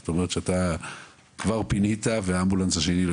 אתה אומר שאתה כבר פינית והאמבולנס השני לא